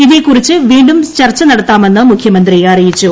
ഇതേക്കുറിച്ച് വ്ലീണ്ടും ചർച്ച നടത്തുമെന്ന് മുഖ്യമന്ത്രി അറിയിച്ചു